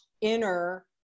inner